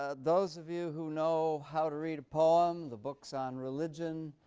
ah those of you who know how to read a poem, the books on religion,